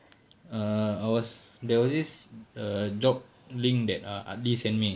err I was there was this err job link that adli sent me